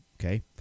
okay